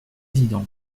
président